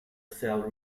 cell